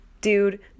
Dude